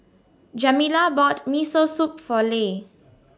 Jamila bought Miso Soup For Le